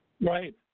Right